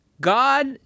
God